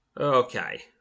Okay